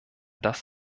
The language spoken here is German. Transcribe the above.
das